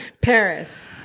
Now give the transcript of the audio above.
Paris